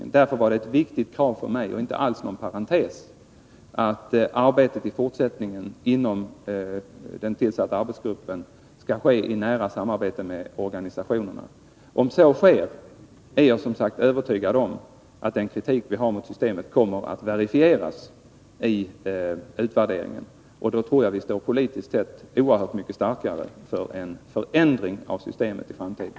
Mot denna bakgrund var det ett viktigt krav för mig, och inte alls någon parentes, att arbetet i fortsättningen inom den tillsatta arbetsgruppen skall ske i nära samarbete med organisationerna. Om så sker är jag som sagt övertygad om att den kritik vi riktar mot systemet kommer att verifieras i utvärderingen, och då tror jag att vi politiskt sett står oerhört mycket starkare då det gäller en förändring av systemet i framtiden.